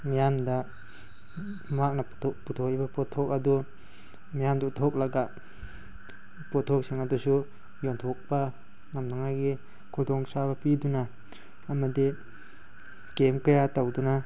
ꯃꯤꯌꯥꯝꯗ ꯃꯍꯥꯛꯅ ꯄꯨꯊꯣꯛꯏꯕ ꯄꯣꯠꯊꯣꯛ ꯑꯗꯨ ꯃꯤꯌꯥꯝꯗ ꯎꯠꯊꯣꯛꯂꯒ ꯄꯣꯠꯊꯣꯛꯁꯤꯡ ꯑꯗꯨꯁꯨ ꯌꯣꯟꯊꯣꯛꯄ ꯉꯝꯅꯉꯥꯏꯒꯤ ꯈꯨꯗꯣꯡ ꯆꯥꯕ ꯄꯤꯗꯨꯅ ꯑꯃꯗꯤ ꯀꯦꯝ ꯀꯌꯥ ꯇꯧꯗꯨꯅ